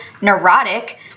neurotic